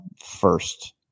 first